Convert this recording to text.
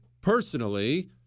personally